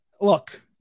look